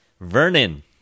Vernon